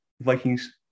Vikings